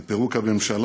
על פירוק הממשלה.